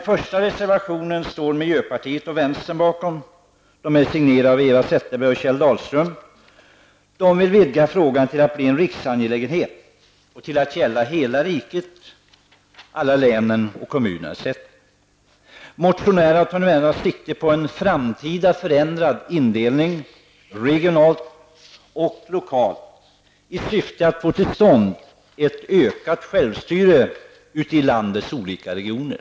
Zetterberg från vänsterpartiet bakom. De vill vidga frågan till att bli en riksangelägenhet, dvs. att detta skall gälla hela riket, alla län, kommuner etc. I reservationen tar man närmast sikte på en framtida förändrad indelning regionalt och lokalt i syfte att få till stånd ett ökat självstyre ute i landets olika regioner.